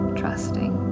trusting